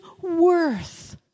worth